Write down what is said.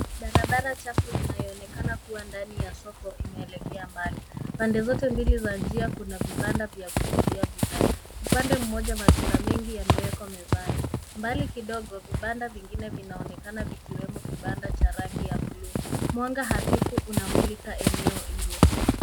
Barabara chafu inayoonekana kuwa ndani ya soko imeelekea mbali. Pande zote mbili za njia kuna vibanda vya kuuzia bidhaa. Upande mmoja matunda mengi yamewekwa mezani. Mbali kidogo, vibanda vingine vinaonekana vikiwemo kibanda cha rangi ya buluu. Mwanga hafifu unamulika eneo hilo.